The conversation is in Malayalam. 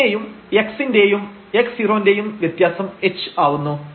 ഇവിടെയും x ന്റെയും x0 ന്റെയും വ്യത്യാസം h ആവുന്നു